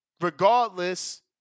regardless